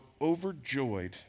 overjoyed